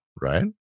Right